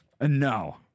no